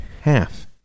half